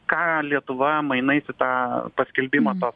ką lietuva mainais į tą paskelbimą to